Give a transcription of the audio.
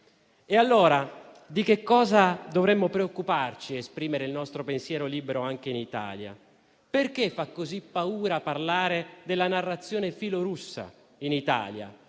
Allora di cosa dovremmo preoccuparci nell'esprimere il nostro pensiero libero anche in Italia? Perché fa così paura parlare della narrazione filorussa in Italia?